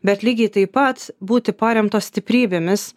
bet lygiai taip pat būti paremtos stiprybėmis